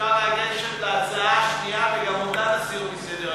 אפשר לגשת להצעה השנייה וגם אותה נסיר מסדר-היום,